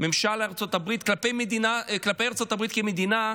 ממשל ארצות הברית, כלפי ארצות הברית כמדינה,